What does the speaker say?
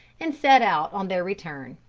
and set out on their return.